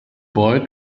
boy